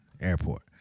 airport